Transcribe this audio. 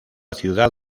ciudad